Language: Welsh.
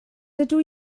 dydw